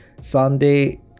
Sunday